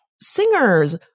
singers